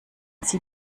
sie